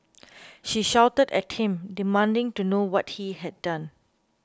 she shouted at him demanding to know what he had done